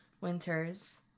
winters